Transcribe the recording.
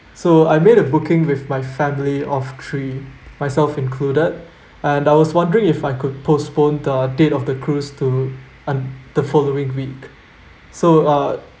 so I made a booking with my family of three myself included and I was wondering if I could postpone the date of the cruise to en~ the following week so uh